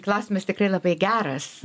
klausimas tikrai labai geras